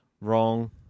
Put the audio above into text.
wrong